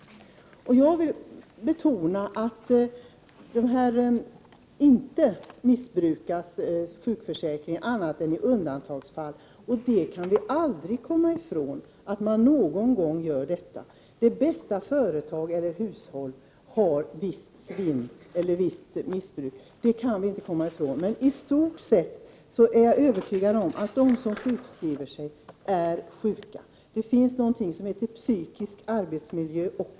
Jag vill betona att sjukförsäkringen inte missbrukas annat än i undantagsfall. Vi kan aldrig komma ifrån att man någon gång gör det. Det bästa företag eller hushåll har visst svinn. Det kan vi inte komma ifrån. Jag är dock övertygad om att de som sjukskriver sig i stort sett är sjuka. Det finns också någonting som heter psykisk arbetsmiljö.